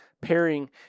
Pairing